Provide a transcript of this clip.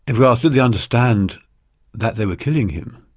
if you ask did they understand that they were killing him,